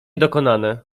dokonane